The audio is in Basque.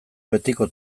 betiko